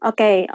Okay